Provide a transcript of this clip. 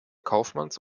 kaufmanns